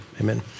Amen